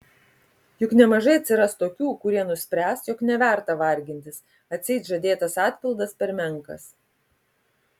juk nemažai atsiras tokių kurie nuspręs jog neverta vargintis atseit žadėtas atpildas per menkas